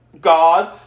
God